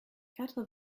quatre